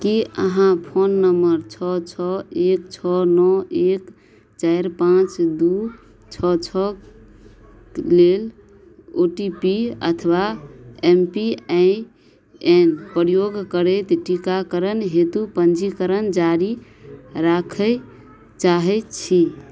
कि अहाँ phone number छओ छओ एक छओ नओ एक चारि पाँच दुइ छओ छओ लेल ओ टी पी अथवा एम पी आइ एन प्रयोग करैत टीकाकरण हेतु पञ्जीकरण जारी राखै चाहै छी